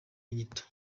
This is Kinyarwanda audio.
inyito